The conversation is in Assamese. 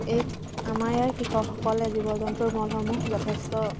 এই আমাৰ ইয়াৰ কৃষকসকলে জীৱ জন্তুৰ মলসমূহ যথেষ্ট